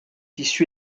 issue